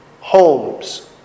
homes